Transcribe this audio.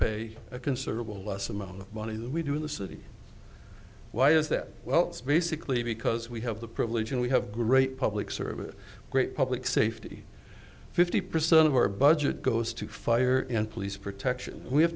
pay a considerable less amount of money than we do in the city why is that well it's basically because we have the privilege and we have great public service great public safety fifty percent of our budget goes to fire and police protection we have